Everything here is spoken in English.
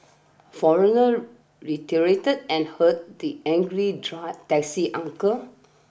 foreigner retaliated and hurt the angry try taxi uncle